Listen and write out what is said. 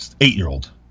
eight-year-old